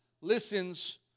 listens